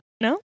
No